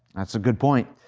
that's a good point.